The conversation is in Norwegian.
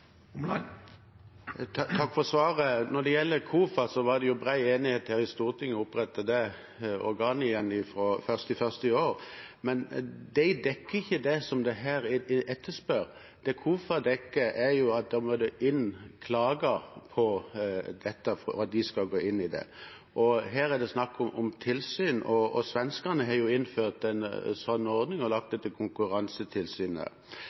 Takk for svaret. Når det gjelder KOFA, var det bred enighet her i Stortinget om å opprette gebyrmyndighet til det organet igjen fra 1. januar i år, men det dekker ikke det som her etterspørres. Når det gjelder KOFA, må det inn klager på dette for at de skal gå inn i det, men her er det snakk om tilsyn. Svenskene har innført en sånn ordning og lagt